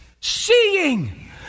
Seeing